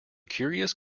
curious